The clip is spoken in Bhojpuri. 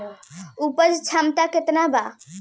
उपज क्षमता केतना वा?